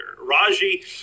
Raji